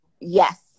yes